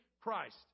Christ